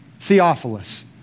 Theophilus